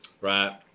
Right